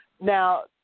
Now